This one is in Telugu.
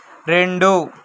రెండు